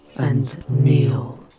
and kneel.